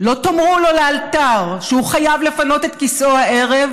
לא תאמרו לו לאלתר שהוא חייב לפנות את כיסאו הערב,